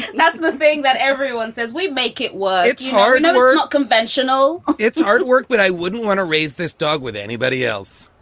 that's the thing that everyone says. we make it work hard, never conventional it's hard work. but i wouldn't want to raise this dog with anybody else